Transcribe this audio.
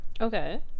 Okay